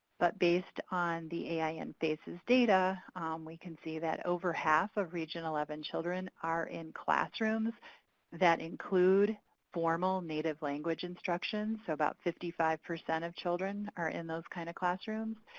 but based on the ai an fases data we can see that over half of region ah xi and children are in classrooms that include formal native language instruction so about fifty five percent of children are in those kind of classrooms.